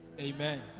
Amen